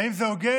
האם זה הוגן?